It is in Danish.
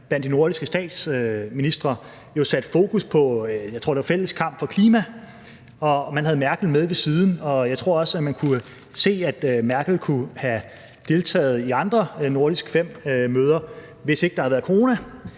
blandt de nordiske statsministre satte fokus på, jeg tror, det var fælles kamp for klima, og man havde Merkel med ved siden, og jeg tror også, at man kunne se, at Merkel kunne have deltaget i fem andre nordiske møder, hvis ikke der havde været corona.